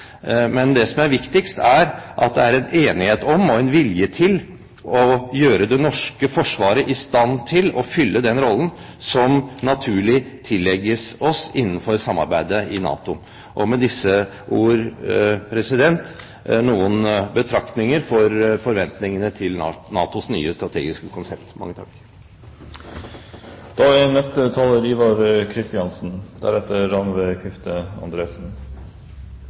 som er viktigst, er at det er enighet om og en vilje til å gjøre det norske forsvaret i stand til å fylle den rollen som naturlig tillegges oss innenfor samarbeidet i NATO. Med disse ord var dette noen betraktninger om forventningene til NATOs nye strategiske konsept. Først vil jeg rette en stor takk